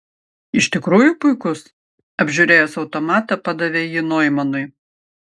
iš tikrųjų puikus apžiūrėjęs automatą padavė jį noimanui